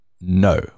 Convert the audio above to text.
No